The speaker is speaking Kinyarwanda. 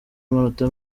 amanota